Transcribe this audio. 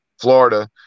Florida